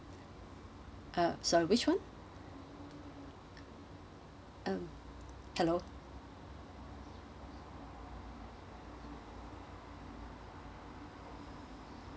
uh sorry which one um hello